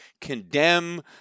condemn